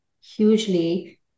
hugely